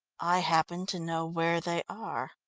i happen to know where they are.